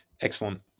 Excellent